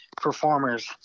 performers